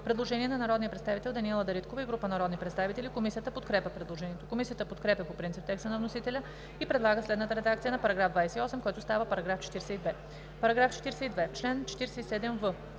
предложение от народния представител Даниела Дариткова и група народни представители. Комисията подкрепя предложението. Комисията подкрепя по принцип текста на вносителя и предлага следната редакция на § 28, който става § 42: „§ 42. В чл. 47в